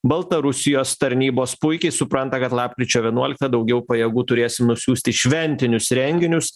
baltarusijos tarnybos puikiai supranta kad lapkričio vienuoliktą daugiau pajėgų turėsim nusiųst į šventinius renginius